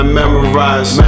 memorize